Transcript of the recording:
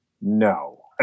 No